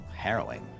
harrowing